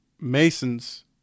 masons